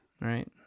Right